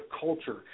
culture